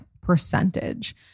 percentage